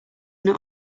not